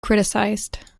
criticized